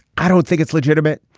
i don't think it's legitimate.